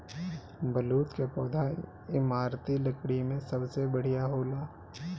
बलूत कअ पौधा इमारती लकड़ी में सबसे बढ़िया होला